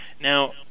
Now